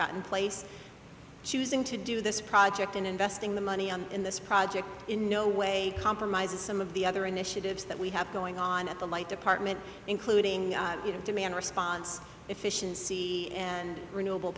gotten place choosing to do this project and investing the money on in this project in no way compromises some of the other initiatives that we have going on at the white department including you know demand response efficiency and renewable